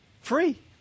free